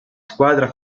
squadra